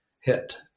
hit